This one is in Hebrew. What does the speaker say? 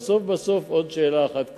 בסוף בסוף, עוד שאלה אחת קטנה.